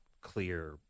clear